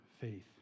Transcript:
faith